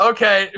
Okay